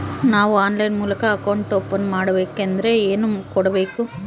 ನಾವು ಆನ್ಲೈನ್ ಮೂಲಕ account open ಮಾಡಬೇಂಕದ್ರ ಏನು ಕೊಡಬೇಕು?